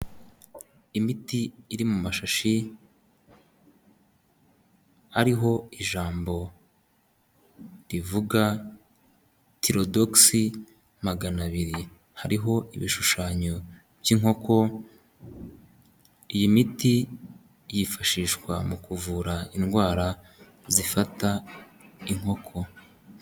Imiti iri mu mashashi ariho ijambo rivuga tirodox magana abiri hariho ibishushanyo by'inkoko iyi miti yifashishwa mu kuvura indwara zifata inkoko.